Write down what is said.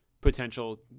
potential